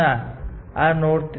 તે આ નોડ શોધી કાઢશે